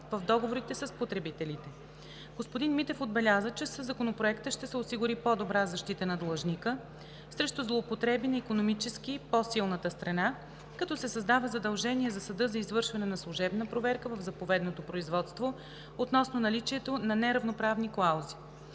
в договорите с потребителите. Господин Митев отбеляза, че със Законопроекта ще се осигури по-добра защита на длъжника срещу злоупотреби на икономически по-силната страна, като се създава задължение за съда за извършване на служебна проверка в заповедното производство относно наличието на неравноправни клаузи.